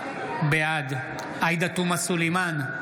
בעד עאידה תומא סלימאן,